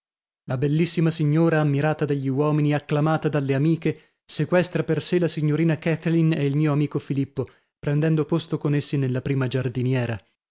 la bellissima signora ammirata dagli uomini acclamata dalle amiche sequestra per sè la signorina kathleen e il mio amico filippo prendendo posto con essi nella prima giardiniera